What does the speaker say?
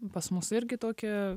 pas mus irgi tokia